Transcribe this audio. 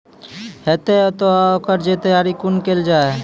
हेतै तअ ओकर तैयारी कुना केल जाय?